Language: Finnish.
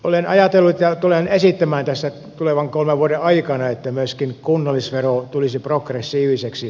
olen ajatellut ja tulen esittämään tässä tulevan kolmen vuoden aikana että myöskin kunnallisvero tulisi progressiiviseksi